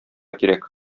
кирәк